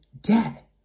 debt